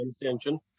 attention